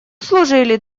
служили